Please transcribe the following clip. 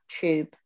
tube